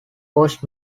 cost